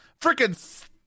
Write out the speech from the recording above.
Freaking